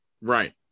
Right